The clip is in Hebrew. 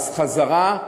אז חזרה,